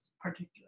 particular